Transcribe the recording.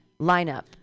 lineup